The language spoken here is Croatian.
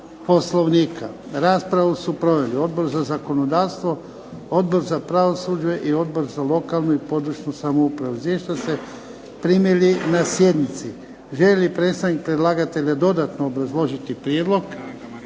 Poslovnika. Raspravu su proveli Odbor za zakonodavstvo, Odbor za pravosuđe i Odbor za lokalnu i područnu samoupravu. Izvješća ste primili na sjednici. Želi li predstavnik predlagatelja dodatno obrazložiti prijedlog?